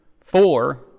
Four